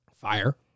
Fire